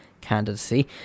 candidacy